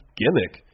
gimmick